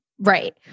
Right